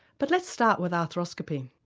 but let's start with arthroscopy.